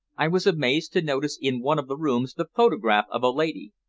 i was amazed to notice in one of the rooms the photograph of a lady,